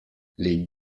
les